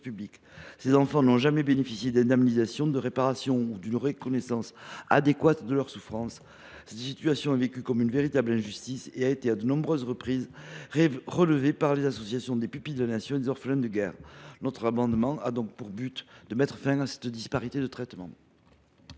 Ces enfants n’ont jamais bénéficié d’une indemnisation, d’une réparation ou d’une reconnaissance adéquate de leurs souffrances. Cette situation est vécue comme une véritable injustice, qui a été à de nombreuses reprises dénoncée par les associations de pupilles de la Nation et d’orphelins de guerre. Notre amendement a donc pour objet de mettre fin à cette disparité de traitement.